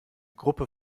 gruppe